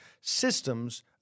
systems